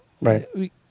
right